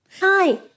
Hi